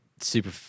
Super